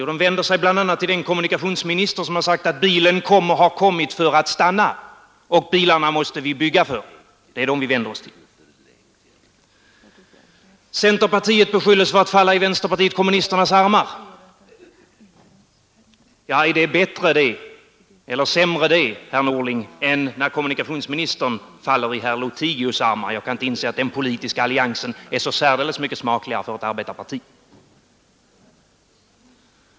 Jo, de vänder sig bl.a. till den kommunikationsminister som har sagt att bilen har kommit för att stanna, det är bilarna vi måste bygga för. Centerpartiet beskylls för att falla i vänsterpartiet kommunisternas armar. Ja, är det bättre eller sämre, herr Norling, än när kommunikationsministern faller i herr Lothigius armar? Jag kan inte inse att den politiska alliansen är så särdeles mycket smakligare för ett arbetarparti.